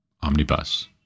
Omnibus